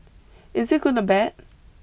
is it good or bad